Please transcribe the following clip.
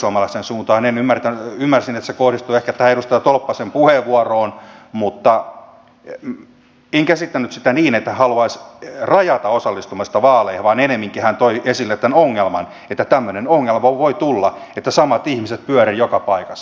ymmärsin että se kohdistui ehkä tähän edustaja tolppasen puheenvuoroon mutta en käsittänyt sitä niin että hän haluaisi rajata osallistumista vaaleihin vaan ennemminkin hän toi esille tämän ongelman että voi tulla tämmöinen ongelma että samat ihmiset pyörivät joka paikassa